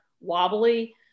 wobbly